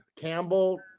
campbell